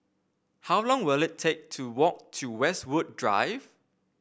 how long will it take to walk to Westwood Drive